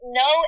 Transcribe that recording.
no